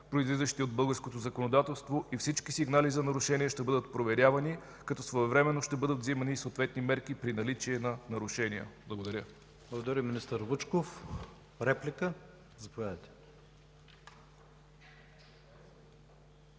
произлизащи от българското законодателство, и всички сигнали за нарушения ще бъдат проверявани, като своевременно ще бъдат вземани и съответни мерки при наличие на нарушения. Благодаря. ПРЕДСЕДАТЕЛ ИВАН К. ИВАНОВ: Благодаря, министър Вучков. Реплика? Заповядайте.